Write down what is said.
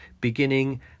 beginning